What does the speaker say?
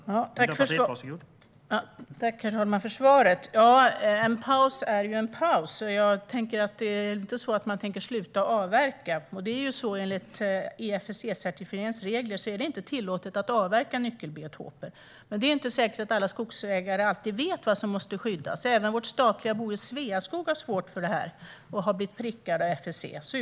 Herr talman! Tack för svaret! En paus är ju en paus. Jag tänker att det inte är så att man tänker sluta att avverka. Enligt FSC-certifieringens regler är det inte tillåtet att avverka nyckelbiotoper, men det är inte säkert att alla skogsägare alltid vet vad som måste skyddas. Även vårt statliga bolag Sveaskog har svårt med detta och har blivit prickat av FSC.